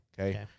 okay